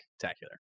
Spectacular